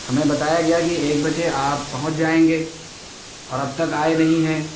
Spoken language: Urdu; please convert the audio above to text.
ہمیں بتایا گیا کہ ایک بجے آپ پہنچ جائیں گے اور اب تک آئے نہیں ہیں